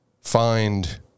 find